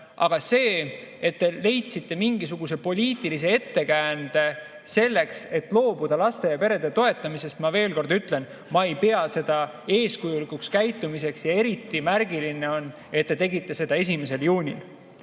Aga see, et te leidsite mingisuguse poliitilise ettekäände selleks, et loobuda laste ja perede toetamisest, ma veel kord ütlen, ma ei pea seda eeskujulikuks käitumiseks. Eriti märgiline on, et te tegite seda 1. juunil.